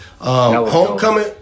Homecoming